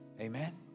Amen